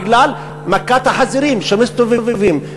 בגלל מכת החזירים שמסתובבים.